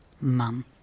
Mum